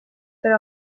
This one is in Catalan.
però